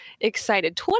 excited